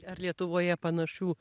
ar lietuvoje panašių